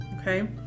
okay